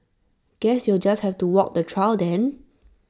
guess you'll just have to walk the trail then